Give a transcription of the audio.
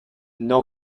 non